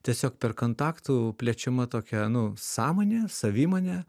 tiesiog per kontaktų plečiama tokia nu sąmonė savimonė